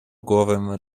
głowę